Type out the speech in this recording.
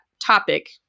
topic